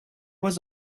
was